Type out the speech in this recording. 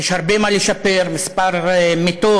יש הרבה מה לשפר: מספר מיטות,